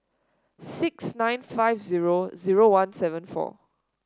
six nine five zero zero one seven four